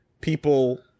people